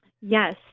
Yes